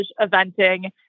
eventing